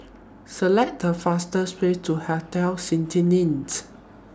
Select The fastest Way to Hotel